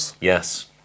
Yes